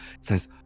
says